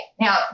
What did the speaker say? Now